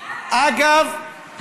אגב,